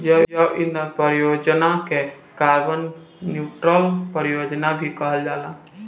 जैव ईंधन परियोजना के कार्बन न्यूट्रल परियोजना भी कहल जाला